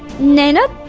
naina,